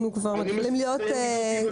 אנחנו כבר מתחילים להיות קצרים.